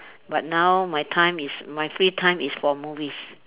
but now my time is my free time is for movies